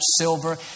silver